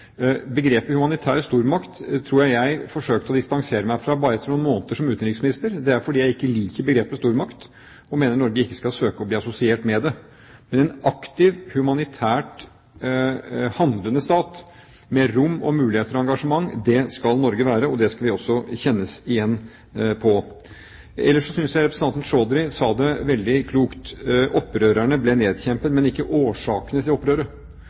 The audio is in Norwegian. Begrepet «humanitær stormakt» tror jeg at jeg forsøkte å distansere meg fra etter bare noen måneder som utenriksminister. Det er fordi jeg ikke liker begrepet «stormakt» og mener at Norge ikke skal søke å bli assosiert med det. Men en aktiv humanitært handlende stat med rom og mulighet for engasjement, det skal Norge være, og det skal vi også kjennes igjen på. Ellers synes jeg representanten Chaudhry sa det veldig klokt: Opprørerne ble nedkjempet, men ikke årsakene til opprøret.